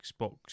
Xbox